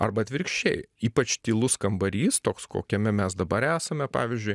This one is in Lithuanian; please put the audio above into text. arba atvirkščiai ypač tylus kambarys toks kokiame mes dabar esame pavyzdžiui